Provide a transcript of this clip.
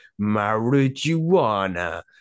marijuana